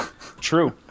True